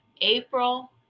april